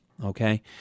okay